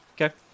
Okay